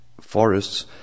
forests